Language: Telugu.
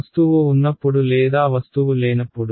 వస్తువు ఉన్నప్పుడు లేదా వస్తువు లేనప్పుడు